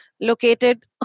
located